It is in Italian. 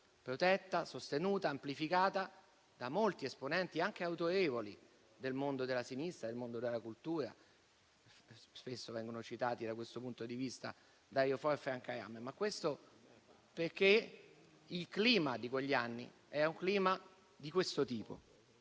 purtroppo sostenuta e amplificata da molti esponenti, anche autorevoli, del mondo della sinistra e della cultura - spesso vengono citati da questo punto di vista Dario Fo e Franca Rame - essendo il clima di quegli anni di siffatto tipo.